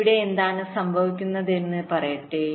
ഇവിടെ എന്താണ് സംഭവിക്കുന്നതെന്ന് പറയട്ടെ